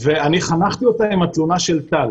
אני חנכתי אותה עם התלונה של טל.